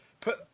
put